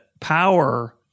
power